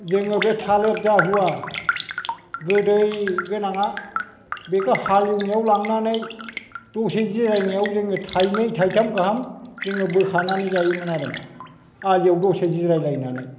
जोङो बे थालेर जाहुवा गोदै गोनाङा बेखौ हालेवनायाव लांनानै दसे जिरायनायाव जोङो थायनै थाइथाम गाहाम जोङो बोखानानै जायोमोन आरो मा आलिआव दसे जिराय लायनानै